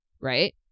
Right